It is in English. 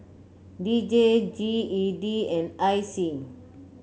D J G E D and I C